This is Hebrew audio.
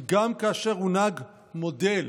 כי גם כאשר הונהג מודל